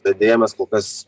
bet deja mes kol kas